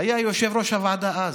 היה יושב-ראש הוועדה אז,